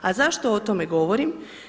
A zašto o tome govorim?